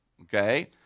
okay